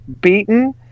beaten